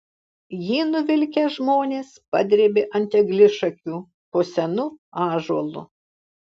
jį nuvilkę žmonės padrėbė ant eglišakių po senu ąžuolu